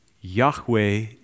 Yahweh